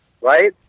right